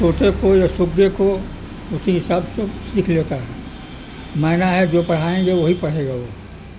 طوطے کو یا سگے کو اسی حساب سے وہ سیکھ لیتا ہے مینا ہے جو پڑھائیں گے وہی پڑھے گا وہ